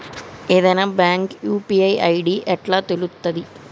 ఏదైనా bank UPI ID ఎట్లా తెలుత్తది?